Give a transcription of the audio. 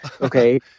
okay